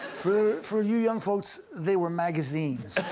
for for you young folks, they were magazines.